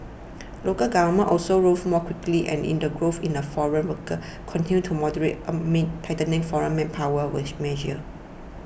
local employment also rose more quickly and in the growth in the foreign workers could to moderate amid tightened foreign manpower with measures